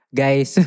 guys